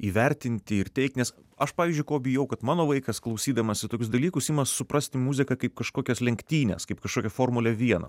įvertinti ir teigt nes aš pavyzdžiui ko bijau kad mano vaikas klausydamasi tokius dalykus ima suprasti muziką kaip kažkokias lenktynes kaip kažkokią formulę vienas